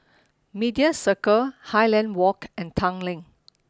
Media Circle Highland Walk and Tanglin